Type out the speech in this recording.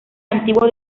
antiguo